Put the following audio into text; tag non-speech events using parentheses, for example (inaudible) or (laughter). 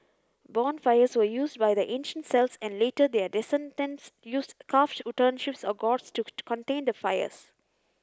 bonfires were used by the ancient Celts and later their descendents used carved (unintelligible) or gourds to to contain the fires